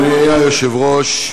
אדוני היושב-ראש,